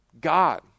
God